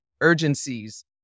urgencies